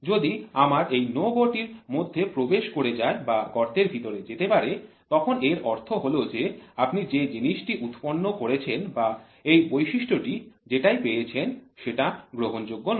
যদি আমার এই NO GO টি এর মধ্যে প্রবেশ করে যায় বা গর্তের ভিতরে যেতে পারে তখন এর অর্থ হল যে আপনি যে জিনিসটি উৎপন্ন করেছেন বা এই বৈশিষ্ট্যটি যেটাই পেয়েছেন সেটা গ্রহণযোগ্য নয়